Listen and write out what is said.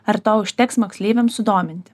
ar to užteks moksleiviams sudominti